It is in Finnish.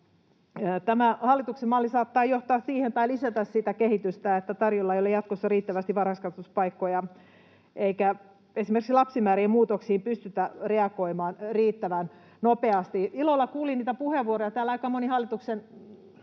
hallituksen malli saattaa johtaa siihen tai lisätä sitä kehitystä, että tarjolla ei ole jatkossa riittävästi varhaiskasvatuspaikkoja eikä esimerkiksi lapsimäärien muutoksiin pystytä reagoimaan riittävän nopeasti. Ilolla kuulin niitä puheenvuoroja,